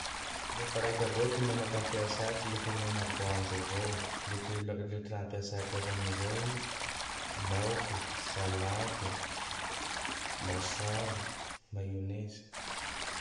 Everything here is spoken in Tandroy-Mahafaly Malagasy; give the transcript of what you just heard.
Le fa raike avao ty menaky ampiasaiko le fa mena-boanjo avao. Le ty-le -ty raha ampiasako azy amizay: laoke, salade, lasary, maiônaizy.